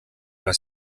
les